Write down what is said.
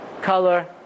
color